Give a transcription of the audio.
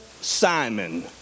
Simon